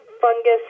fungus